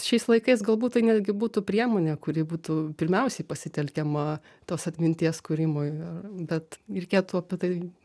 šiais laikais galbūt tai netgi būtų priemonė kuri būtų pirmiausiai pasitelkiama tos atminties kūrimui a bet reikėtų apie tai